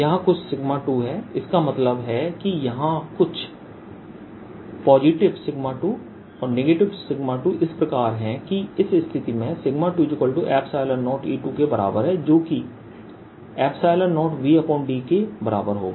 यहां कुछ 2 है इसका मतलब है कि यहां कुछ पॉजिटिव 2 और नेगेटिव 2इस प्रकार है कि इस स्थिति में 20E2के बराबर है जो कि 0Vdके बराबर होगा